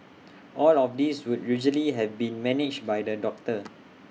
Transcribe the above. all of this would usually have been managed by the doctor